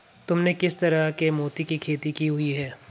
तुमने किस तरह के मोती की खेती की हुई है?